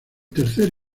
tercer